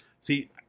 see